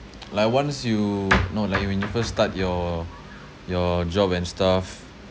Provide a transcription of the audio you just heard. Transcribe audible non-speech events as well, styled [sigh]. [noise] like once you no like you when you first start your your job and stuff